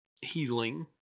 healing